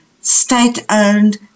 state-owned